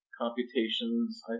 computations